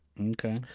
Okay